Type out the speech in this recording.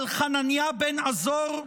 על חנניה בן עזור?